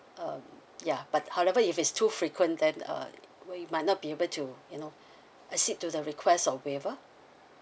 um ya but however if it's too frequent then uh we might not be able to you know uh sit to the request of waiver